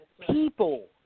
People